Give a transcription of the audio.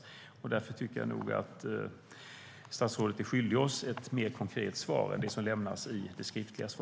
Därför tycker jag att statsrådet är skyldig oss ett mer konkret svar än det som har lämnats.